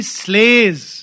slays